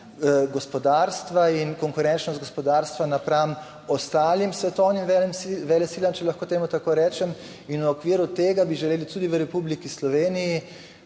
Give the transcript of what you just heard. gospodarstva in konkurenčnost gospodarstva napram ostalim svetovnim velesilam, če lahko temu tako rečem. In v okviru tega bi želeli tudi v Republiki Sloveniji